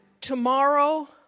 Tomorrow